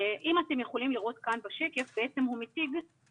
אתם יכולים לראות כאן בשקף את